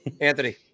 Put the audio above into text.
Anthony